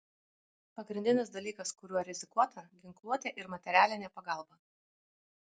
pagrindinis dalykas kuriuo rizikuota ginkluotė ir materialinė pagalba